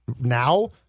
now